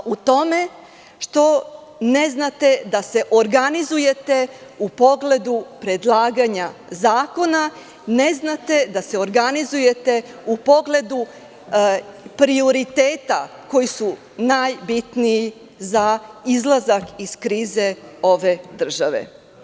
U tome što ne znate da se organizujete u pogledu predlaganja zakona, ne znate da se organizujete u pogledu prioriteta koji su najbitniji za izlazak iz krize ove države.